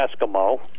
Eskimo